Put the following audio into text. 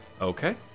Okay